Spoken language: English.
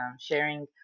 sharing